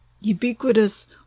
ubiquitous